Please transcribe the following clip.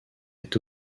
est